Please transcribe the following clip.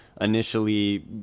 initially